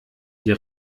die